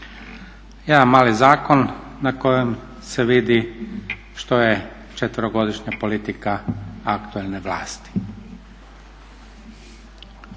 Jedan mali zakon na kojem se vidi što je 4.-godišnja politika aktualne vlasti.